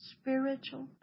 spiritual